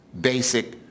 basic